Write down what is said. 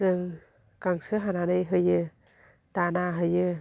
जों गांसो हानानै होयो दाना होयो